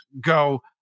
go